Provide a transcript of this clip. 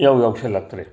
ꯏꯌꯥꯎ ꯌꯥꯎꯁꯤꯜꯂꯛꯇ꯭ꯔꯦ